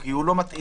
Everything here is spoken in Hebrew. כי הוא לא מתאים.